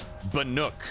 Banook